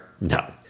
No